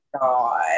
God